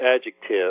adjective